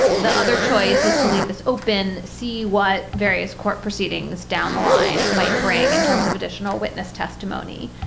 the other choice was to leave this open, see what various court proceedings down the line might bring in terms of additional witness testimony.